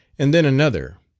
and then another,